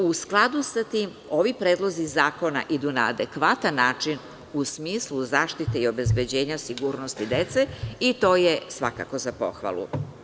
U skladu sa tim, ovi predlozi zakona idu na adekvatan način u smislu zaštite i obezbeđenja sigurnosti dece i to je svakako za pohvalu.